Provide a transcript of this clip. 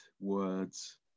words